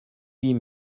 huit